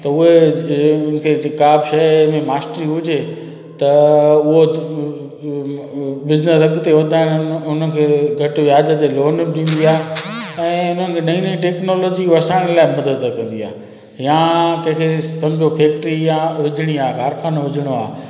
त उहे उन्हनि खे का ब शइ में मास्ट्री हुजे त उहो बिज़नेस अॻिते वधाइण उनखे घटि व्याज ते लोन बि ॾींदी आहे ऐं नई नई टेक्नोलोजी असांखे इलाही मदद कंदी आहे या कंहिंखे सम्झो फेक्ट्री आहे विझणी आहे करख़ानो विझिणो आहे